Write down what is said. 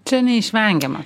čia neišvengiama